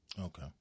okay